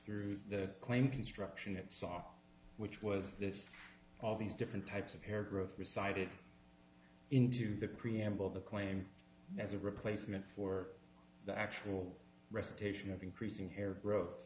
through the claim construction and saw which was this all these different types of hair growth resided into the preamble of the claim as a replacement for the actual recitation of increasing hair growth